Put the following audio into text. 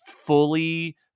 fully